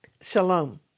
Shalom